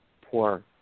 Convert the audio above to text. poor